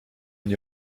nie